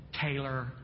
Taylor